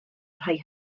rhai